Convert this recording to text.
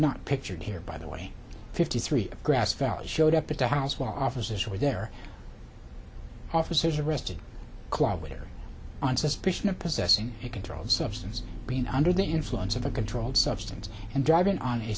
not pictured here by the way fifty three grass valley showed up at the house while officers who were there officers arrested club we're on suspicion of possessing a controlled substance being under the influence of a controlled substance and driving on a